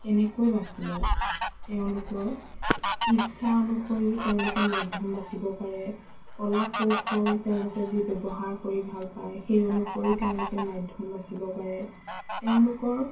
কেনেকৈ বাছি লয় তেওঁলোকৰ ইচ্ছা অনুসৰি তেওঁলোকে মাধ্যম বাচিব পাৰে কলা কৌশ'ল তেওঁলোকে যি ব্যৱহাৰ কৰি ভাল পায় সেই অনুসৰি তেওঁলোকে মাধ্যম বাচিব পাৰে তেওঁলোকৰ